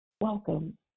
Welcome